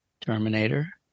Terminator